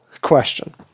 question